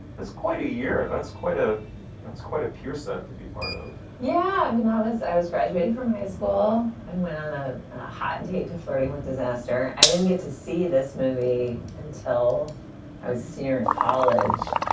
that's quite a year. that's quite a that's quite a pure set to be part of yeah. i mean, i was i was graduating from high school. i went on a and a hot date to flirting with disaster i didn't get to see this movie until this year in college.